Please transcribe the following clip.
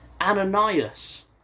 Ananias